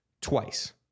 twice